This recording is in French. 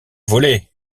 volé